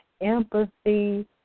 empathy